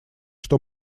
что